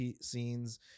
scenes